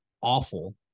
awful